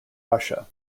russia